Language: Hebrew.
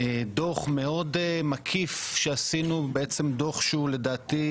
דו"ח מאוד מקיף שעשינו, בעצם דו"ח שהוא לדעתי,